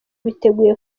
biteguye